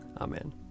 Amen